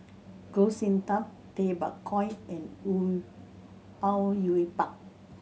Goh Sin Tub Tay Bak Koi and Au Yue Pak